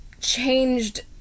changed